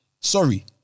Sorry